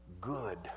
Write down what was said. good